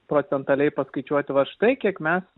procentaliai paskaičiuoti vat štai kiek mes